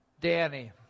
Danny